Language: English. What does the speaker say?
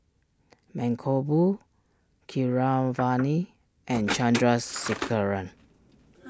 Mankombu Keeravani and Chandrasekaran